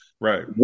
Right